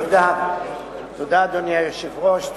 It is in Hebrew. תודה, אדוני היושב-ראש.